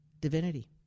divinity